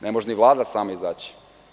Ne može ni Vlada sama izaći.